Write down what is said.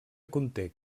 conté